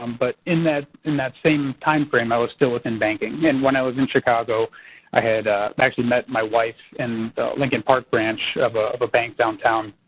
um but in that in that same timeframe, i was still within banking. and when i was in chicago i had actually met my wife in lincoln park branch a bank downtown.